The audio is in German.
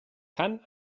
kann